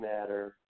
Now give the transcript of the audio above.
matter